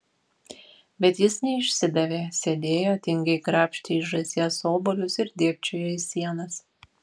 bet jis neišsidavė sėdėjo tingiai krapštė iš žąsies obuolius ir dėbčiojo į sienas